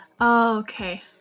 okay